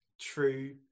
true